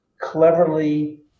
cleverly